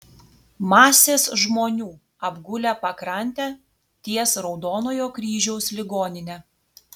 masės žmonių apgulę pakrantę ties raudonojo kryžiaus ligonine